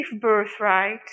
birthright